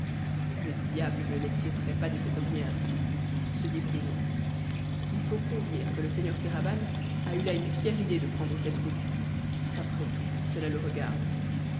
le diable ne les tirerait pas de cette ornière se dit bruno il faut convenir que le seigneur kéraban a eu là une fière idée de prendre cette route après tout cela le regarde